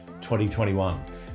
2021